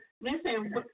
listen